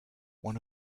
one